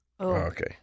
Okay